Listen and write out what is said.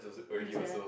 yes sia